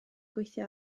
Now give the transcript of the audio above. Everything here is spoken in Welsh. gweithio